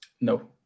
No